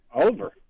Over